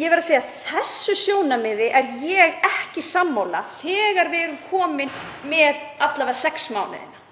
Ég verð að segja að þessu sjónarmiði er ég ekki sammála þegar við erum komin með alla vega sex mánuðina.